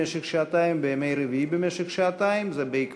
2568, 2707, 2720, 2722, 2723, 2728 ו-2732.